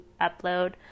upload